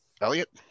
Elliot